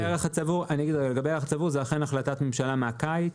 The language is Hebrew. הערך הצבור זו החלטת ממשלה מהקיץ.